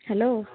hello